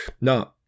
No